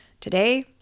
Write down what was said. Today